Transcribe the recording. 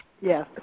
Yes